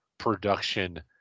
Production